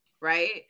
right